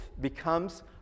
becomes